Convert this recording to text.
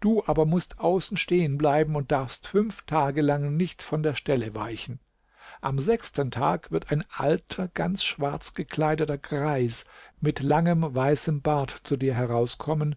du aber mußt außen stehenbleiben und darfst fünf tage lang nicht von der stelle weichen am sechsten tag wird ein alter ganz schwarz gekleideter greis mit langem weißem bart zu dir herauskommen